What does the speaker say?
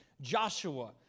Joshua